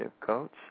coach